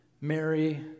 Mary